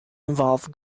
involve